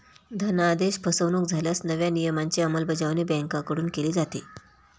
धनादेश फसवणुक झाल्यास नव्या नियमांची अंमलबजावणी बँकांकडून केली जाते